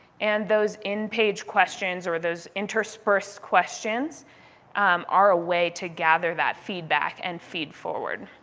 and those in-page questions or those interspersed questions um are a way to gather that feedback and feed-forward.